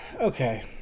okay